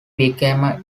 became